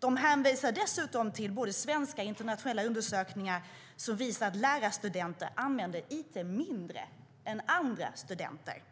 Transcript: Det hänvisas dessutom till både svenska och internationella undersökningar som visar att lärarstudenter använder it mindre än andra studenter.